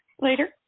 later